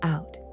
Out